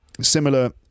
similar